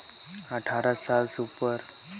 बीमा करे बर अधिकतम उम्र सीमा कौन होना चाही?